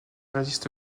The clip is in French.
résiste